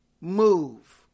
move